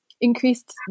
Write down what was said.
increased